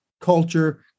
culture